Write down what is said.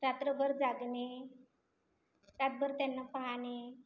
रात्रभर जागणे रात्रभर त्यांना पाहाणे